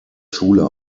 schule